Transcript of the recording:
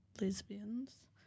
lesbians